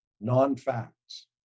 non-facts